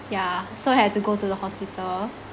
yeah so I had to go to the hospital